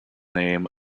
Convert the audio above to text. name